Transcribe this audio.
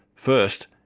first,